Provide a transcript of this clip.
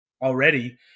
already